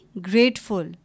grateful